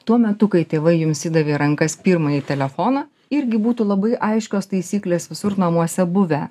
tuo metu kai tėvai jums įdavė į rankas pirmąjį telefoną irgi būtų labai aiškios taisyklės visur namuose buvę